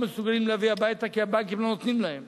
הם לא מסוגלים להביא הביתה כי הבנקים לא נותנים להם.